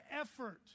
effort